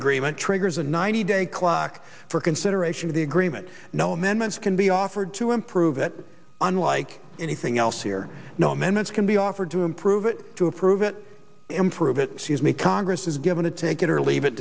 agreement triggers a ninety day clock for consideration of the agreement no amendments can be offered to improve it unlike anything else here no minutes can be offered to improve it to approve it improve it seesmic congress is given a take it or leave it